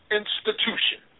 institution